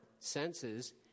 senses